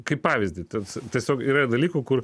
kaip pavyzdį tad tiesiog yra dalykų kur